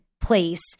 place